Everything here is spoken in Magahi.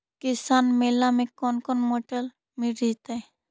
किसान मेला में कोन कोन मोटर मिल जैतै?